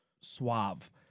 suave